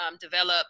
develop